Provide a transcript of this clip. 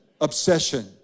obsession